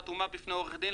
חתומה בפני עורך דין,